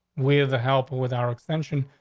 where the help with our extension?